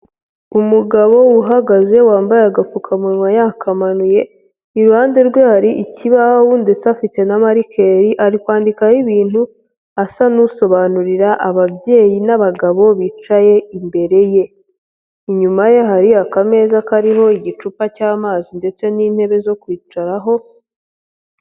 Umugabo uhagaze wambaye agafukamunwa yakamanuye, iruhande rwe hari ikibaho ndetse afite na marikeri ari kwandikaho ibintu asa n'usobanurira ababyeyi n'abagabo bicaye imbere ye, inyuma ye hari aka meza kariho igicupa cy'amazi ndetse n'intebe zo kwicaraho.